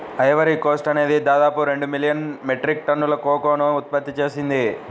Ivory Coast అనేది దాదాపు రెండు మిలియన్ మెట్రిక్ టన్నుల కోకోను ఉత్పత్తి చేసింది